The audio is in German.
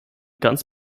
ganz